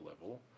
level